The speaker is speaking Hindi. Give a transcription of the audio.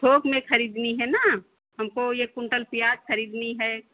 थोक में ख़रीदनी है ना हमको एक क्विंटल प्याज़ ख़रीदनी है